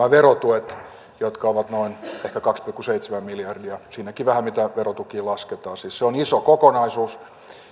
on nämä verotuet jotka ovat ehkä kaksi pilkku seitsemän miljardia siitäkin vähän riippuen mitä verotukiin lasketaan siis se on iso kokonaisuus